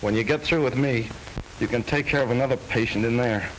when you get through with me you can take care of another patient in there